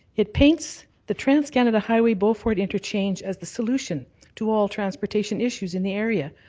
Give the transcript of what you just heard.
it paints the transcanada highway beaufort interchange as the solution to all transportation issues in the area.